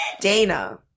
Dana